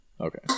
Okay